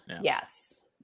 Yes